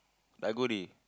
I go already